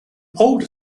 older